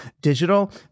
digital